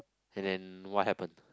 and then what happen